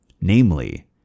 Namely